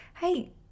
hey